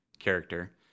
character